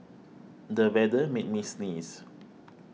the weather made me sneeze